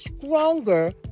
stronger